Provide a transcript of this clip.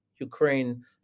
Ukraine